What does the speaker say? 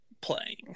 playing